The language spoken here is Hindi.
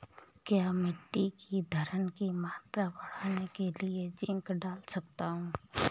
क्या मिट्टी की धरण की मात्रा बढ़ाने के लिए जिंक डाल सकता हूँ?